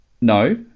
no